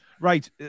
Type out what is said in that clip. Right